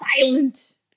silent